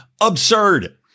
absurd